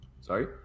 Sorry